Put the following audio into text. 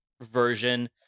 version